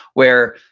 where,